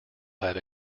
have